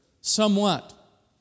somewhat